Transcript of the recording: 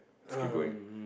just keep going